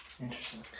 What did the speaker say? Interesting